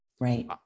right